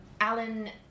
Alan